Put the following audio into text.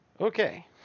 Okay